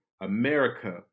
America